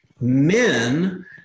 men